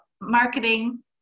marketing